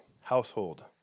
household